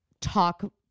talk